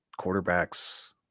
quarterbacks